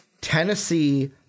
Tennessee